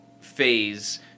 phase